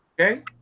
okay